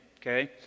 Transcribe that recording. okay